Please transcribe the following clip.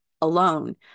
alone